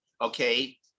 okay